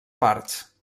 parts